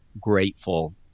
grateful